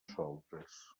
soltes